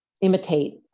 imitate